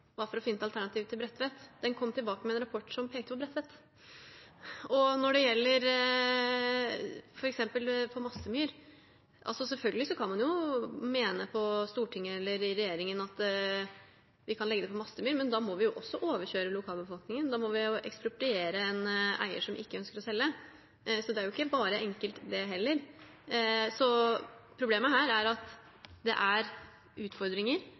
pekte på Bredtvet. Når det gjelder f.eks. Mastemyr: Selvfølgelig kan man på Stortinget eller i regjeringen mene at vi kan legge det på Mastemyr, men da må vi jo også overkjøre lokalbefolkningen, da må vi ekspropriere fra en eier som ikke ønsker å selge. Så det er ikke bare enkelt, det heller. Problemet her er at det er utfordringer